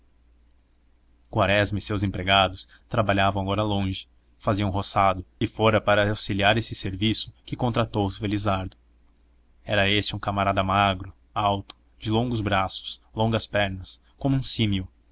quaresma e seus empregados trabalhavam agora longe faziam um roçado e fora para auxiliar esse serviço que contratou o felizardo era este um camarada magro alto de longos braços longas pernas como um símio